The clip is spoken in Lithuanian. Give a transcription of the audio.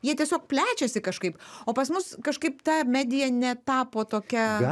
jie tiesiog plečiasi kažkaip o pas mus kažkaip ta medija netapo tokia